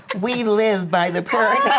we live by the paradigms.